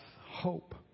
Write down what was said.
hope